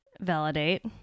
validate